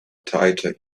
tighter